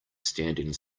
standing